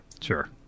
Sure